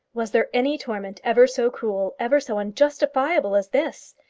was there any torment ever so cruel, ever so unjustifiable as this!